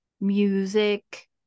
music